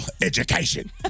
education